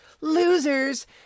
Losers